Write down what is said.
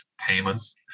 payments